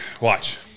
Watch